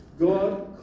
God